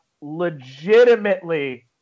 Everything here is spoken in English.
legitimately –